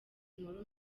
inkuru